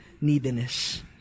neediness